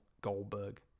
Goldberg